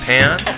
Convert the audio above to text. Pan